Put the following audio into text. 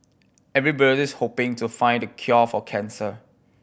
everybody's hoping to find the cure for cancer